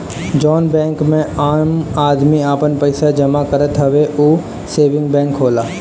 जउन बैंक मे आम आदमी आपन पइसा जमा करत हवे ऊ सेविंग बैंक होला